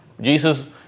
Jesus